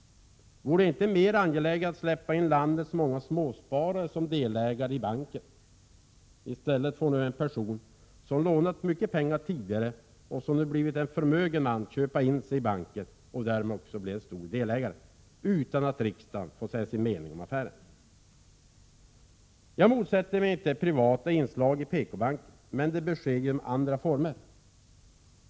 Vore det inte mer angeläget att släppa in landets många småsparare som delägare i banken? I stället får nu en person som lånat mycket och nu blivit förmögen köpa in sig i banken och bli stor delägare, utan att riksdagen får säga sin mening om affären. Jag motsätter mig inte privata inslag i PKbanken, men sådant bör ske i andra former.